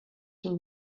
till